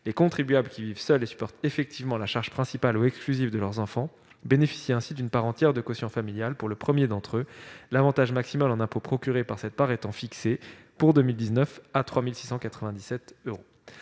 les contribuables qui vivent seuls et supportent effectivement la charge principale ou exclusive de leurs enfants bénéficient ainsi d'une part entière de quotient familial pour le premier d'entre eux, l'avantage maximal en impôt procuré par cette part étant fixé, pour 2019, à 3 697 euros.